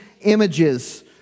images